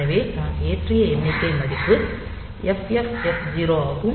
எனவே நான் ஏற்றிய எண்ணிக்கை மதிப்பு FFFC ஆகும்